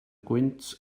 gwynt